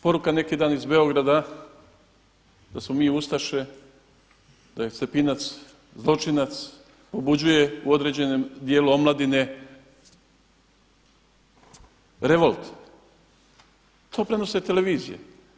Poruka neki dan iz Beograda, da smo mi Ustaše, da je Stepinac zločinac pobuđuje u određenom dijelu omladine revolt, to prenose televizije.